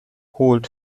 holt